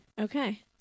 Okay